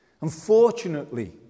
Unfortunately